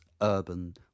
urban